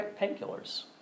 painkillers